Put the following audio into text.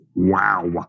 Wow